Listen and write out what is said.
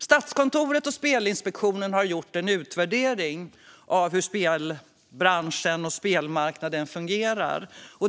Statskontoret och Spelinspektionen har gjort en utvärdering av hur spelbranschen och spelmarknaden fungerar.